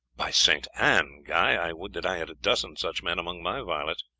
by saint anne, guy, i would that i had a dozen such men among my varlets.